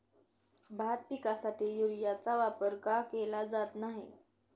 भात पिकासाठी युरियाचा वापर का केला जात नाही?